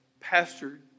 pastored